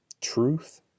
truth